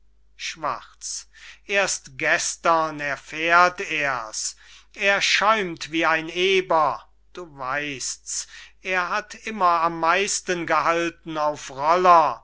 schwarz erst gestern erfährt er's er schäumt wie ein eber du weist's er hat immer am meisten gehalten auf roller